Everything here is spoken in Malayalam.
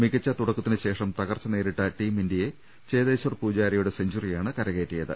മികച്ച തുടക്കത്തിന് ശേഷം തകർച്ച നേരിട്ട ടീം ഇന്ത്യയെ ചേതേശ്വർ പൂജാരയുടെ സെഞ്ചുറിയാണ് കരകയറ്റിയ ത്